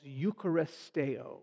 Eucharisteo